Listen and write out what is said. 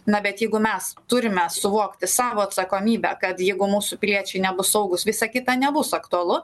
na bet jeigu mes turime suvokti savo atsakomybę kad jeigu mūsų piliečiai nebus saugūs visa kita nebus aktualu